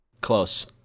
Close